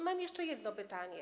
Mam jeszcze jedno pytanie.